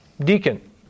deacon